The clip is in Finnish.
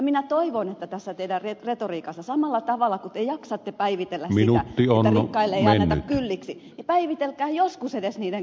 minä toivon että tässä teidän retoriikassamme samalla tavalla kuin te jaksatte päivitellä sitä että rikkaille ei anneta kylliksi päivittelisitte joskus edes niiden köyhien puolesta